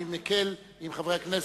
אני מקל עם חברי הכנסת,